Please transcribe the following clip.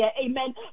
Amen